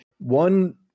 One